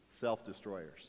self-destroyers